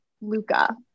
Luca